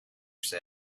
said